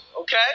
okay